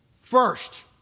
first